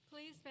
Please